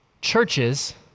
Churches